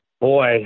Boy